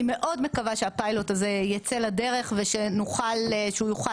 אני מאוד מקווה שהפיילוט הזה ייצא לדרך ושהוא יוכל